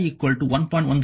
3 ಸೆಕೆಂಡಿನಲ್ಲಿ i 1